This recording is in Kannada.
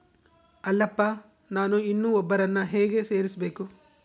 ಅಲ್ಲಪ್ಪ ನಾನು ಇನ್ನೂ ಒಬ್ಬರನ್ನ ಹೇಗೆ ಸೇರಿಸಬೇಕು?